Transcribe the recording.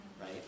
right